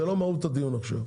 זה לא מהות הדיון עכשיו,